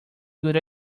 good